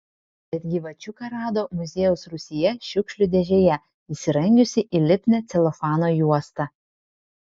bet gyvačiuką rado muziejaus rūsyje šiukšlių dėžėje įsirangiusį į lipnią celofano juostą